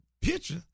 picture